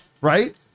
Right